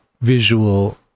visual